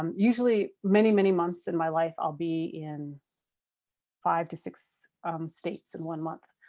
um usually many many months in my life i'll be in five to six states in one month,